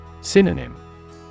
Synonym